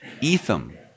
Etham